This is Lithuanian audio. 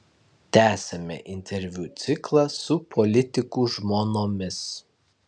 tęsiame interviu ciklą su politikų žmonomis